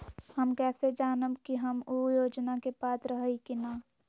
हम कैसे जानब की हम ऊ योजना के पात्र हई की न?